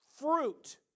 fruit